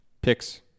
Picks